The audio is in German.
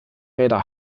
räder